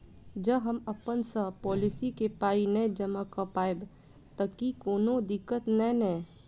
जँ हम समय सअ पोलिसी केँ पाई नै जमा कऽ पायब तऽ की कोनो दिक्कत नै नै?